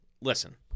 Listen